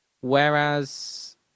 Whereas